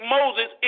Moses